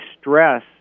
stress